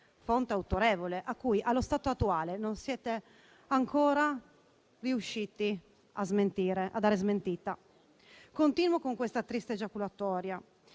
fonte autorevole, che allo stato attuale non siete ancora riusciti a smentire. Continuo con questa triste giaculatoria.